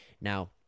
Now